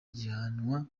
gihanwa